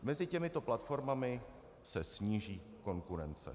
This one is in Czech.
Mezi těmito platformami se sníží konkurence.